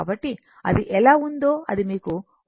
కాబట్టి అది ఎలా ఉందో అది మీకు ఒక భావన ఇస్తుంది